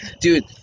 Dude